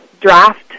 draft